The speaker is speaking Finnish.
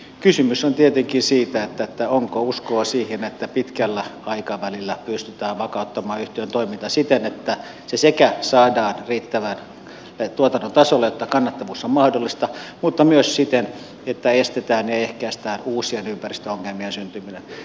kysymys on tietenkin siitä onko uskoa siihen että pitkällä aikavälillä pystytään vakauttamaan yhtiön toiminta siten että se saadaan riittävän tuotannon tasolle niin että kannattavuus on mahdollista mutta myös siten että estetään ja ehkäistään uusien ympäristöongel mien syntyminen